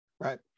Right